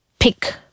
pick